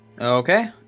Okay